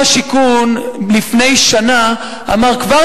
לפני שנה אמר שר השיכון,